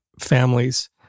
families